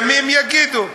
ימים יגידו.